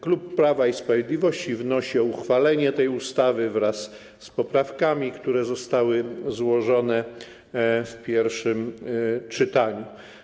Klub Prawa i Sprawiedliwości wnosi o uchwalenie tej ustawy wraz z poprawkami, które zostały złożone w pierwszym czytaniu.